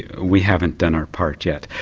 we haven't done our part yet.